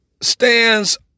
stands